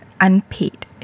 unpaid